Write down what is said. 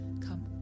come